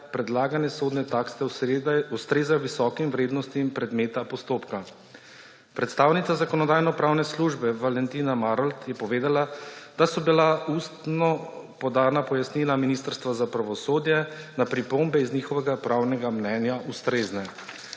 predlagane sodne takse ustrezajo visokim vrednostim predmeta postopka. Predstavnica Zakonodajno-pravne službe Valentina Marolt je povedala, da so bila ustno podana pojasnila Ministrstva za pravosodje na pripombe iz njihovega pravnega mnenja ustrezne.